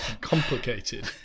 complicated